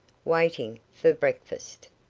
waiting for breakfast.